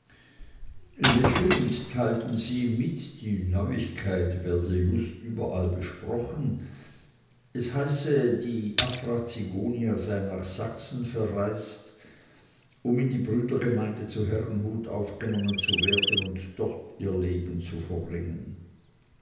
lächelnd teilten sie ihm mit die neuigkeit werde just überall besprochen es heiße die afra zigonia sei nach sachsen verreist um in die brüdergemeinde zu herrnhut aufgenommen zu werden und dort ihr leben zu verbringen